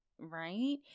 right